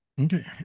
Okay